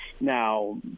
Now